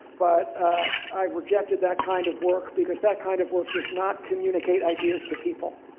but i rejected that kind of work because that kind of work does not communicate ideas to people.